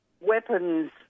weapons